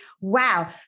wow